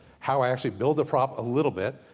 how i actually build the prop a little bit.